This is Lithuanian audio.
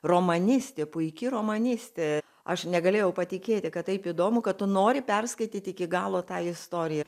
romanistė puiki romanistė aš negalėjau patikėti kad taip įdomu ką tu nori perskaityti iki galo tą istoriją